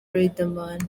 riderman